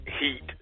heat